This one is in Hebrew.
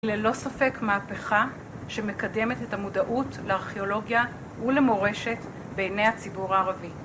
ללא ספק מהפכה שמקדמת את המודעות לארכיאולוגיה ולמורשת בעיני הציבור הערבי.